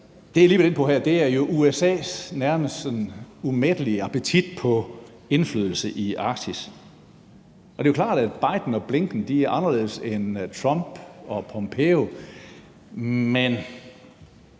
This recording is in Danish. her, er USA's nærmest sådan umættelige appetit på indflydelse i Arktis. Og det er jo klart, at Biden og Blinken er anderledes end Trump og Pompeo, men